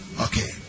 Okay